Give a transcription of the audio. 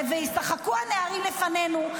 זה וישחקו הנערים לפנינו.